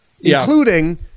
including